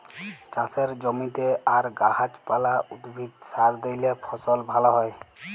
চাষের জমিতে আর গাহাচ পালা, উদ্ভিদে সার দিইলে ফসল ভাল হ্যয়